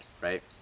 right